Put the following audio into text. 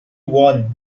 won